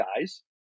guys